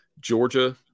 Georgia